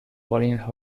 colinas